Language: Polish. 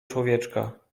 człowieczka